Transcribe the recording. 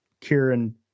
Kieran